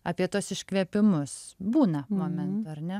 apie tuos iškvėpimus būna momentų ar ne